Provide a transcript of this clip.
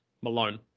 Malone